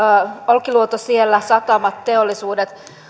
olkiluodon ydinvoimala satamat teollisuus